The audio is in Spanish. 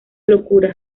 locura